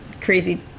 crazy